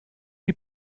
die